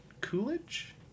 Coolidge